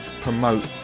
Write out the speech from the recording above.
promote